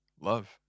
love